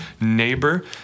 neighbor